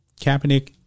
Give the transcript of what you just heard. Kaepernick